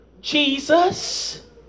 Jesus